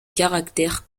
caractère